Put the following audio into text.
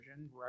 right